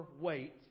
wait